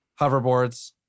Hoverboards